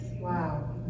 wow